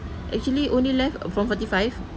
actually only left from forty five